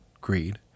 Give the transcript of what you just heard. greed